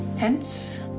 hence.